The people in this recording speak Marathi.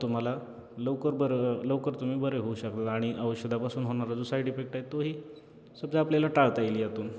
तुम्हाला लवकर बरं लवकर तुम्ही बरे होऊ शकाल आणि औषधापासून होणारा जो साईड इफेक्ट आहे तो ही सबजा आपल्याला टाळता येईल यातून